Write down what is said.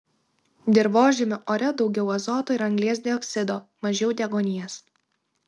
dirvožemio ore daugiau azoto ir anglies dioksido mažiau deguonies